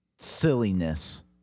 Silliness